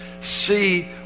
see